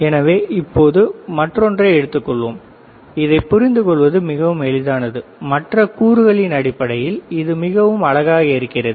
எனவே இப்போது மற்றொன்றை எடுத்துக்கொள்வோம் இதை புரிந்து கொள்வது மிகவும் எளிதானது மற்ற கூறுகளின் அடிப்படையில் இது மிகவும் அழகாக இருக்கிறது